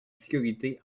sécurité